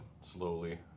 slowly